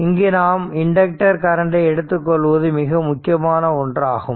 இங்கு நாம் இண்டக்டர் கரண்டை எடுத்துக்கொள்வது மிக முக்கியமான ஒன்றாகும்